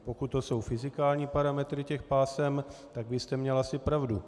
Pokud to jsou fyzikální parametry pásem, tak byste měl asi pravdu.